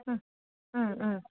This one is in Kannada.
ಹ್ಞೂ